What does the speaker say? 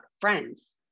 friends